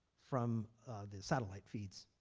from satellite feeds